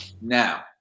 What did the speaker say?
Now